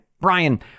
Brian